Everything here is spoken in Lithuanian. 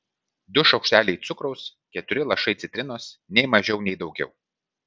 du šaukšteliai cukraus keturi lašai citrinos nei mažiau nei daugiau